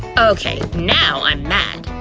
okay, now i'm mad!